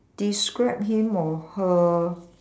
describe him or her